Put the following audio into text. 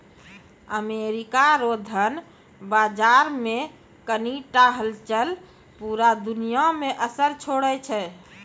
America रो धन बाजार मे कनी टा हलचल पूरा दुनिया मे असर छोड़ै छै